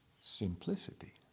Simplicity